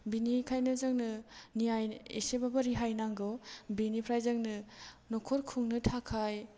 बेनिखायनो जोंनो नियाय एसेबाबो रेहाय नांगौ बेनिफ्राय जोंनो न'खर खुंनो थाखाय